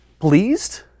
pleased